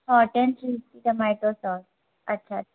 hot n sweet tomato sauce अच्छा